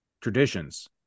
traditions